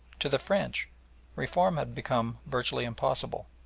to the french reform had become virtually impossible.